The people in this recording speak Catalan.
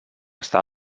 està